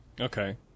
Okay